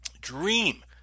dream